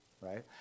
Right